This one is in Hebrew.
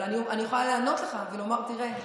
אבל אני יכולה לענות לך ולומר: תראה,